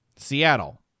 Seattle